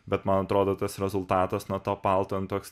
bet man atrodo tas rezultatas na to palto toks